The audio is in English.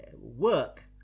work